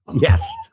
Yes